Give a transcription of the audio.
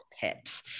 pit